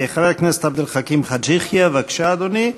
חבר הכנסת עבד אל חכים חאג' יחיא, בבקשה, אדוני.